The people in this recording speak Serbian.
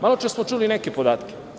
Maločas smo čuli neke podatke.